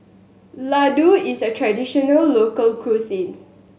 Ladoo is a traditional local cuisine